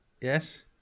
Yes